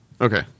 Okay